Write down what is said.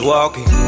Walking